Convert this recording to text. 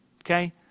okay